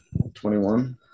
21